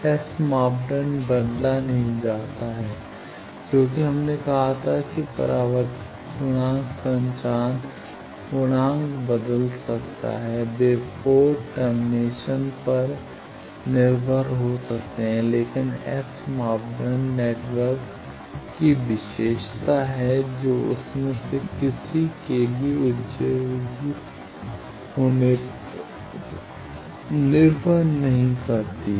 S मापदंड बदल नहीं जाता है क्योंकि हमने कहा था कि परावर्तित गुणांक संचारण गुणांक बदल सकता है वे पोर्ट टर्मिनेशन पर निर्भर हो सकते हैं लेकिन S मापदंड नेटवर्क यही विशेषता है जो उनमें से किसी के भी उत्तेजित होने पर निर्भर नहीं करती हैं